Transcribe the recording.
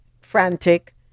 frantic